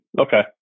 Okay